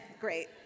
Great